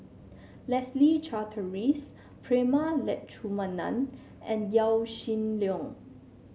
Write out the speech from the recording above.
Leslie Charteris Prema Letchumanan and Yaw Shin Leong